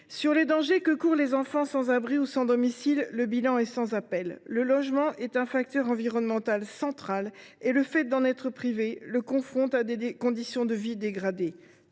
Sur les dangers que courent les enfants sans abri ou sans domicile, le bilan est sans appel. Le logement est un facteur environnemental central, et le fait d’en être privé le confronte à des conditions de vie dégradées.